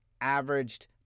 averaged